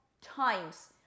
times